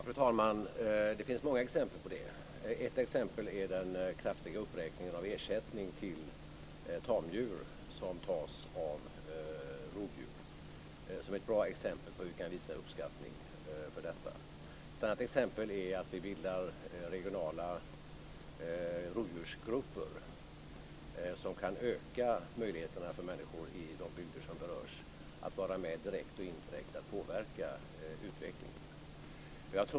Fru talman! Det finns många exempel på det. Ett exempel är den kraftiga uppräkningen av ersättning för tamdjur som tas av rovdjur. Det är ett bra exempel på hur vi kan visa uppskattning för detta. Ett annat exempel är att vi bildar regionala rovdjursgrupper, som kan öka möjligheterna för människor i de bygder som berörs att vara med direkt och indirekt för att påverka utvecklingen.